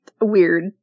weird